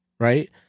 Right